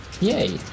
Yay